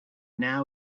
now